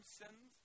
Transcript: sins